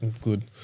Good